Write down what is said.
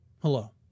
Hello